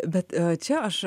bet čia aš